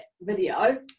video